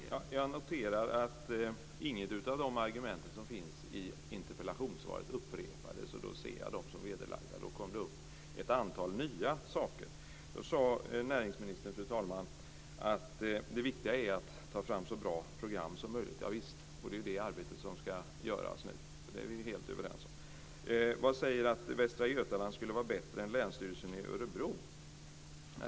Fru talman! Jag noterar att ingen av de argument som finns i interpellationssvaret upprepades. Då ser jag dem som vederlagda - det kom fram ett par nya saker. Näringsministern sade att det viktiga är att ta fram så bra program som möjligt. Visst, och det är det arbetet som ska göras nu. Det är vi helt överens om. Vad säger att Västra Götaland skulle vara bättre än Länsstyrelsen i Örebro?